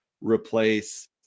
replace